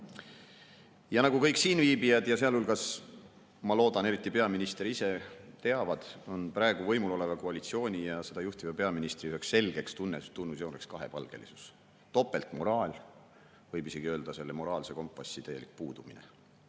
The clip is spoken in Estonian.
Nagu kõik siinviibijad, sealhulgas, ma loodan, eriti peaminister ise, teavad, on praegu võimul oleva koalitsiooni ja seda juhtiva peaministri üks selge tunnusjoon kahepalgelisus, topeltmoraal, võib isegi öelda, selle moraalse kompassi täielik puudumine.